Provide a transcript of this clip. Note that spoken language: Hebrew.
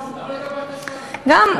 למה לקפח את השרעיים?